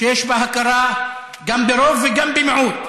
שיש בה הכרה גם ברוב וגם במיעוט לאומי,